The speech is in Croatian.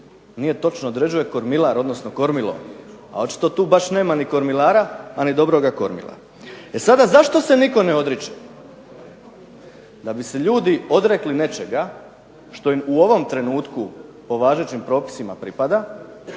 Nije točno, određuje kormilar odnosno kormilo, a očito tu baš nema ni kormilara a ni dobroga kormila. E sada, zašto se nitko ne odriče? Da bi se ljudi odrekli nečega što im u ovom trenutku po važećim propisima pripada